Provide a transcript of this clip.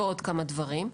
ועוד כמה דברים.